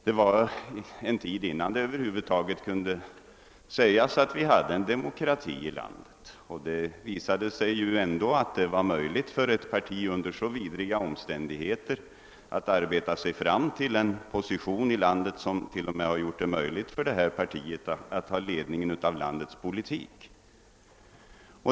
Det var under en tid, innan det över huvud taget kunde sägas, att vi hade en demokrati här i landet. Men det visade sig ändå, att det var möjligt för ett parti att under så vidriga omständigheter arbeta sig fram till en position i landet som t.o.m. har gjort det möjligt för det partiet att ta ledningen av landets politik.